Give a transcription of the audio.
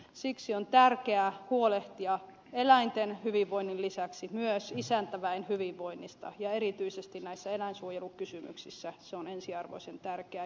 siksi on tärkeää huolehtia eläinten hyvinvoinnin lisäksi myös isäntäväen hyvinvoinnista ja erityisesti näissä eläinsuojelukysymyksissä se on ensiarvoisen tärkeää